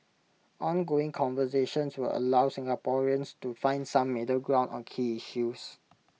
ongoing conversations will allow Singaporeans to find some middle ground on key issues